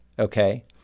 okay